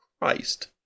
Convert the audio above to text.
Christ